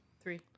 Three